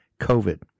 COVID